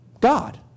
God